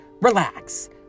relax